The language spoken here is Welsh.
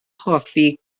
hoffi